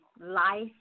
life